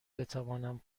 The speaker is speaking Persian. بتوانم